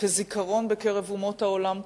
כזיכרון בקרב אומות העולם כולם,